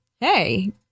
hey